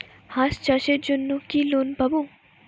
হাঁস চাষের জন্য কি লোন পাব?